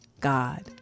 God